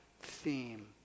theme